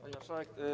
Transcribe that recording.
Pani Marszałek!